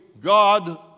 God